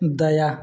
दायाँ